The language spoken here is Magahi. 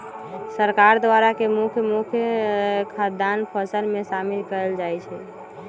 सरकार द्वारा के मुख्य मुख्य खाद्यान्न फसल में शामिल कएल जाइ छइ